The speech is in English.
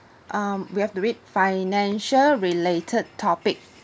um we have to read financial related topic